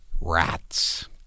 rats